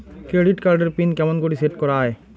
Credit card এর pin কেমন করি সেট করা য়ায়?